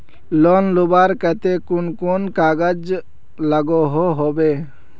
Loan लुबार केते कुन कुन कागज लागोहो होबे?